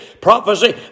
prophecy